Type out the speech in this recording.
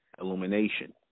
illumination